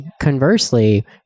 conversely